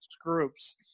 groups